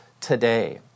today